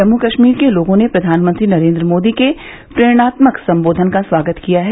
जम्मू कश्मीर के लोगों ने प्रधानमंत्री नरेन्द्र मोदी के प्रेरणात्मक संबोधन का स्वागत किया है